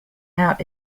out